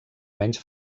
menys